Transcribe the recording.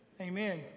amen